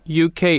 UK